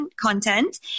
content